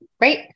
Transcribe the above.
Right